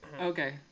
Okay